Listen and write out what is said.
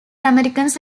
americans